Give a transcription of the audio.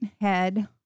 head